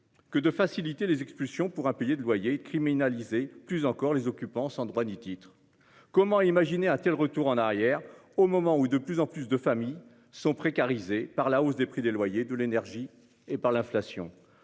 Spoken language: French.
Que de faciliter les expulsions pourra payer de loyer criminaliser plus encore les occupants sans droit ni titre, comment imaginer a-t-elle. Retour en arrière, au moment où de plus en plus de familles sont précarisés par la hausse des prix des loyers de l'énergie et par l'inflation